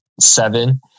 seven